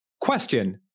question